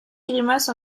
grimace